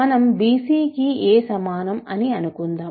మనం bc కి a సమానం అని అనుకుందాం